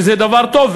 שזה דבר טוב,